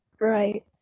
Right